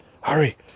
Hurry